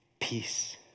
Peace